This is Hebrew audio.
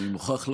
אני מוכרח לומר,